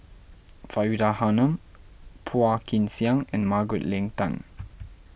Faridah Hanum Phua Kin Siang and Margaret Leng Tan